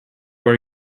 are